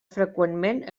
freqüentment